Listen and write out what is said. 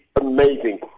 amazing